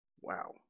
Wow